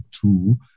two